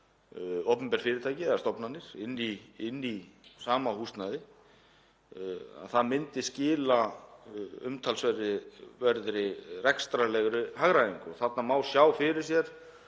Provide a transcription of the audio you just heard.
opinber fyrirtæki eða stofnanir í sama húsnæði, myndi skila umtalsverðri rekstrarlegri hagræðingu. Þarna má sjá fyrir sér,